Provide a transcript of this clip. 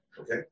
Okay